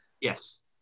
Yes